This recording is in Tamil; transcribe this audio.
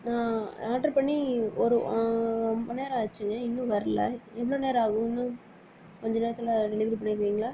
நான் ஆர்டர் பண்ணி ஒரு ரொம்ப நேரம் ஆச்சு இன்னும் வரல எவ்வளோ நேரம் ஆகும் கொஞ்ச நேரத்தில் டெலிவரி பண்ணிடுவீங்களா